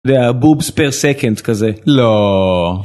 בובס פר סקנד כזה לא.